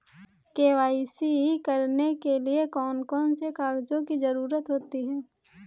KYC करने के लिए कौन कौन से कागजों की जरूरत होती है?